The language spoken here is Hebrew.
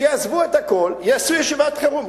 שיעזבו את הכול, יעשו ישיבת חירום.